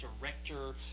director